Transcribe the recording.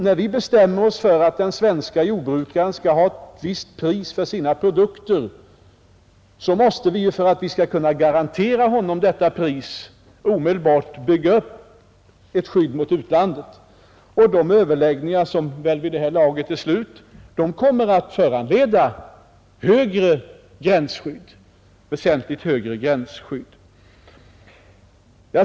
När vi bestämmer oss för att den svenske jordbrukaren skall ha ett visst pris för sina produkter måste vi, för att kunna garantera honom detta pris, omedelbart bygga upp ett skydd mot utlandet. Årets jordbruksprisöverläggningar, som väl vid det här laget är slut, kommer att föranleda väsentligt högre gränsskydd.